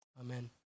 Amen